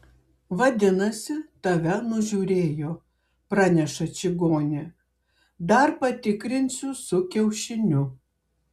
vadinasi tave nužiūrėjo praneša čigonė dar patikrinsiu su kiaušiniu